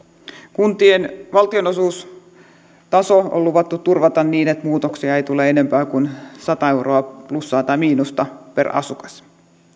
kuntien valtionosuustaso on luvattu turvata niin että muutoksia ei tule enempää kuin sata euroa plussaa tai miinusta per asukas